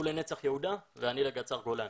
הוא לנצח יהודה ואני לגדס"ר גולני.